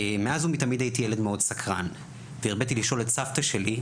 מאז ומתמיד הייתי ילד מאוד סקרן והרבתי לשאול את סבתא שלי,